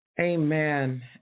Amen